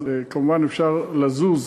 אז כמובן אפשר לזוז,